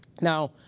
now,